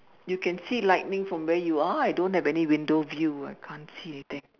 you can see lighting from where you are I don't have any window view I can't see anything